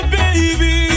baby